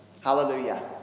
Hallelujah